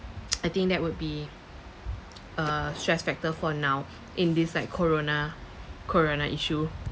I think that would be a stress factor for now in this like corona corona issue